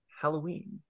Halloween